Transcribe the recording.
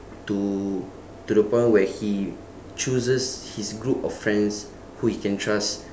to to the point where he chooses his group of friends who he can trust